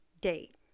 date